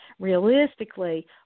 realistically